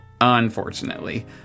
unfortunately